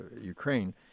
Ukraine